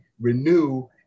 renew